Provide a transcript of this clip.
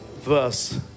verse